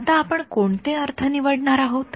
आता आपण कोणते अर्थ निवडणार आहोत